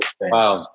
Wow